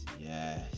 yes